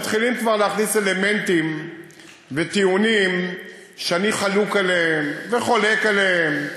מתחילים כבר להכניס אלמנטים וטיעונים שאני חלוק עליהם וחולק עליהם,